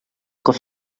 cos